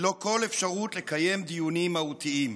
ללא כל אפשרות לקיים דיונים מהותיים".